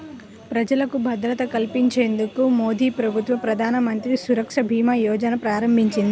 ప్రజలకు భద్రత కల్పించేందుకు మోదీప్రభుత్వం ప్రధానమంత్రి సురక్షభీమాయోజనను ప్రారంభించింది